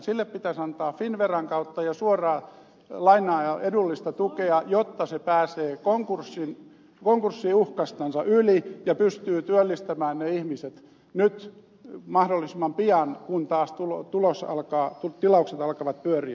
sille pitäisi antaa finnveran kautta ja suoraa lainaa ja edullista tukea jotta se pääsee konkurssiuhkastansa yli ja pystyy työllistämään ne ihmiset nyt mahdollisimman pian kun tilaukset alkavat taas pyöriä